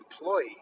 employee